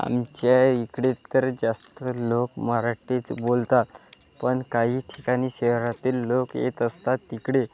आमच्या इकडे तर जास्त लोक मराठीच बोलतात पण काही ठिकाणी शहरातील लोक येत असतात तिकडे